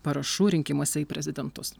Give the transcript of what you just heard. parašų rinkimuose į prezidentus